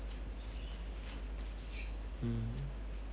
mm